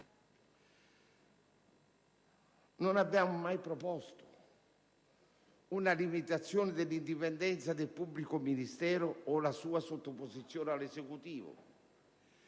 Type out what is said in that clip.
Non abbiamo mai proposto una limitazione dell'indipendenza del pubblico ministero o la sua sottoposizione all'Esecutivo.